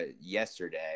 yesterday